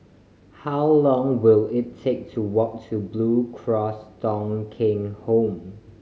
how long will it take to walk to Blue Cross Thong Kheng Home